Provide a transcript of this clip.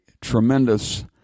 tremendous